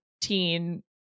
teen